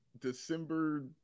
December